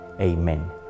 Amen